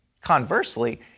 Conversely